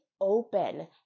open